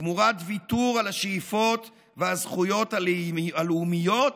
תמורת ויתור על השאיפות והזכויות הלאומיות